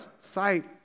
sight